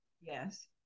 Yes